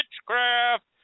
witchcraft